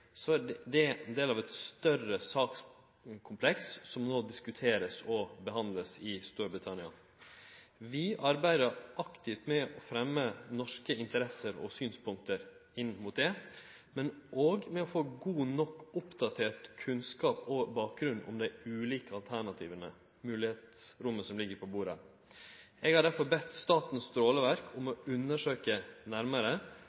er det ein del av eit større sakskompleks som no vert diskutert og behandla i Storbritannia. Vi arbeider aktivt med å fremje norske interesser og synspunkt inn mot dette, men òg med å få god nok oppdatert kunnskap om og bakgrunn for dei ulike alternativa – dei moglegheitene som ligg der. Eg har derfor bedt Statens strålevern om å undersøkje nærmare,